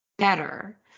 Better